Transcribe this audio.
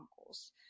uncles